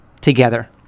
together